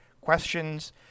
questions